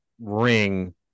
ring